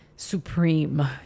Supreme